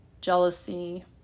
jealousy